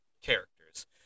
characters